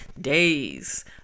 days